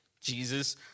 Jesus